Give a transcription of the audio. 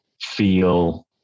feel